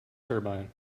turbine